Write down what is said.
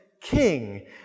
king